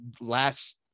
last